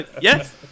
yes